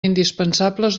indispensables